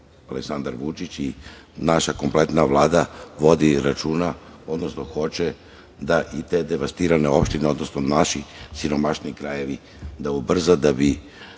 Aleksandar Vučić i naša kompletna Vlada, vodi računa, odnosno hoće da i devastirane opštine, odnosno naše siromašne krajeve da ubrza da bi